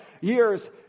years